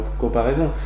comparaison